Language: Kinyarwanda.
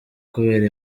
kubera